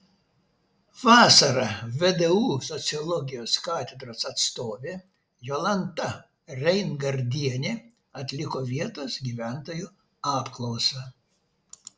vasarą vdu sociologijos katedros atstovė jolanta reingardienė atliko vietos gyventojų apklausą